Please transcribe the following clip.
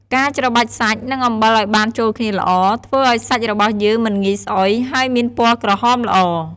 ការច្របាច់សាច់ និងអំបិលឱ្យបានចូលគ្នាល្អ ធ្វើឱ្យសាច់របស់យើងមិនងាយស្អុយ ហើយមានពណ៌ក្រហមល្អ។